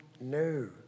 no